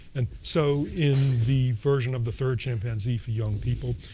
and so in the version of the third chimpanzee for young people,